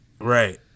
Right